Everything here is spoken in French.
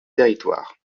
territoires